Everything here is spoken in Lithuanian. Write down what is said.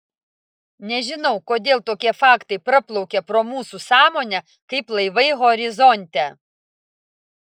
nežinau kodėl tokie faktai praplaukia pro mūsų sąmonę kaip laivai horizonte